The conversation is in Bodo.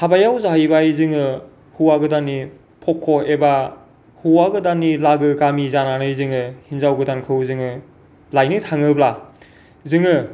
हाबायाव जाहैबाय जोङो हौआ गोदाननि पख' एबा हौआ गोदाननि लागो गामि जानानै जोङो हिनजाव गोदानखौ जोङो लायनो थाङोब्ला जोङो